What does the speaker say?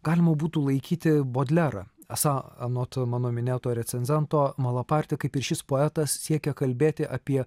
galima būtų laikyti bodlerą esą anot mano minėto recenzento malaparti kaip ir šis poetas siekia kalbėti apie